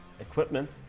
equipment